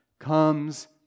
comes